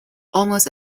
almost